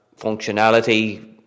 functionality